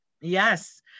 Yes